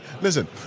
Listen